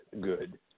good